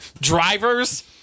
drivers